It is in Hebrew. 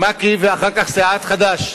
מק"י ואחר כך סיעת חד"ש,